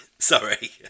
Sorry